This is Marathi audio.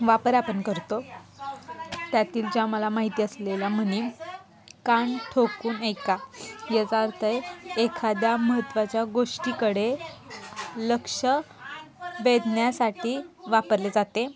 वापर आपण करतो त्यातील ज्या मला माहिती असलेल्या म्हणी कान ठोकून ऐका याचा अर्थ आहे एखाद्या महत्त्वाच्या गोष्टीकडे लक्ष भेदण्यासाठी वापरले जाते